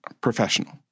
Professional